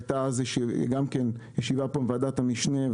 מ-2014 הייתה אז ישיבה פה בוועדת המשנה,